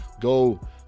go